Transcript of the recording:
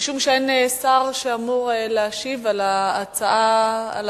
משום שאין שר שאמור להשיב על ההצעות,